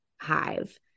hive